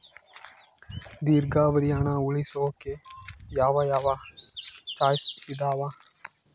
ದೇರ್ಘಾವಧಿ ಹಣ ಉಳಿಸೋಕೆ ಯಾವ ಯಾವ ಚಾಯ್ಸ್ ಇದಾವ?